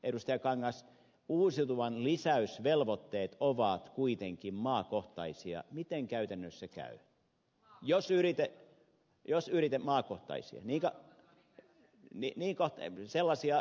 kangas uusiutuvan lisäysvelvoitteet ovat kuitenkin maakohtaisia miten käytännössä käy hajosi riitely ja sylkemaakohtaisiinida vilen kahteen sellaisia